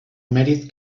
mèrit